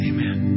Amen